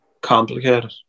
complicated